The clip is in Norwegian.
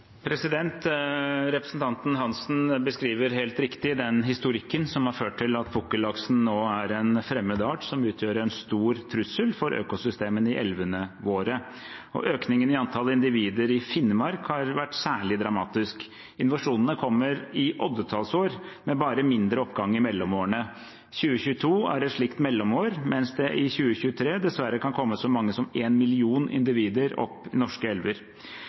Representanten Hansen beskriver helt riktig den historikken som har ført til at pukkellaksen nå er en fremmed art som utgjør en stor trussel for økosystemene i elvene våre. Økningen i antall individer i Finnmark har vært særlig dramatisk. Invasjonene kommer i oddetallsår, med bare mindre oppgang i mellomårene. 2022 er et slikt mellomår, mens det i 2023 dessverre kan komme så mange som en million individer opp norske elver.